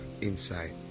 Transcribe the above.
inside